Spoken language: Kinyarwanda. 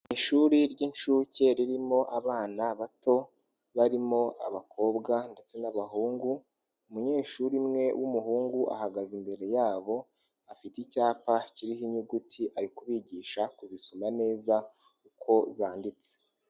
Ishuri ry'incuke ririmo abana bato barimo abakobwa ndetse n'abahungu, umunyeshuri umwe w'umuhungu ahagaze imbere yabo, afite icyapa kiriho inyuguti ari kubigisha kuzisoma neza uko zanditse.